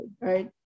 right